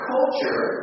Culture